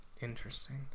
interesting